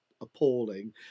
appalling